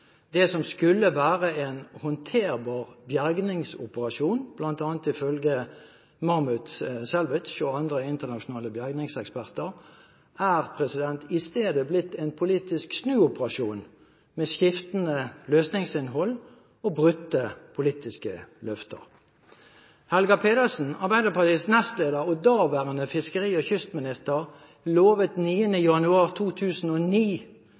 Det som skulle være en håndterbar bergingsoperasjon, bl.a. ifølge Mammoet Salvage og andre internasjonale bergingseksperter, er i stedet blitt en politisk snuoperasjon med skiftende løsningsinnhold og brutte politiske løfter. Helga Pedersen, Arbeiderpartiets nestleder og daværende fiskeri- og kystminister, lovet 29. januar 2009